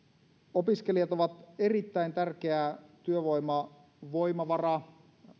opiskelijat ovat erittäin tärkeä työvoimavoimavara